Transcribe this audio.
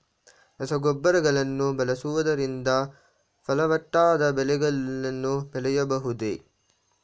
ರಸಗೊಬ್ಬರಗಳನ್ನು ಬಳಸುವುದರಿಂದ ಫಲವತ್ತಾದ ಬೆಳೆಗಳನ್ನು ಬೆಳೆಯಬಹುದೇ?